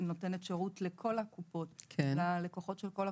שנותנת שירות ללקוחות של כל הקופות.